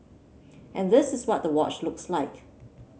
and this is what the watch looks like